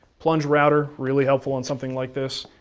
plunge router really helpful on something like this.